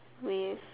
with